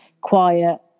quiet